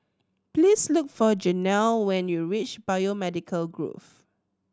please look for Janel when you reach Biomedical Grove